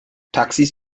taxis